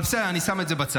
אבל בסדר, אני שם את זה בצד.